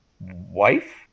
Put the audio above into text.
wife